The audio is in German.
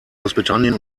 großbritannien